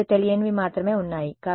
రెండు తెలియనివి మాత్రమే ఉన్నాయి